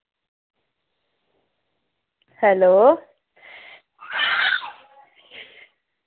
hello